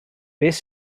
beth